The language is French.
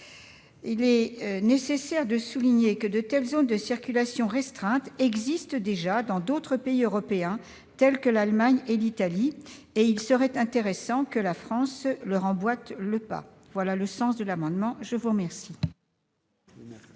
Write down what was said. Il est nécessaire de souligner que de telles zones de circulation restreinte existent déjà dans d'autres pays européens tels que l'Allemagne et l'Italie ; il serait intéressant que la France leur emboîte le pas. Quel est l'avis de la commission